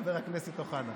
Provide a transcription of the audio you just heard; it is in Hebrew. חבר הכנסת אוחנה.